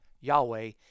Yahweh